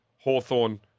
Hawthorne